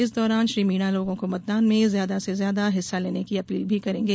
इस दौरान श्री मीणा लोगों को मतदान में ज्यादा से ज्यादा हिस्सा लेने की अपील भी करेंगे